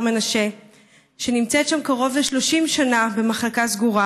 מנשה שנמצאת שם קרוב ל-30 שנה במחלקה סגורה,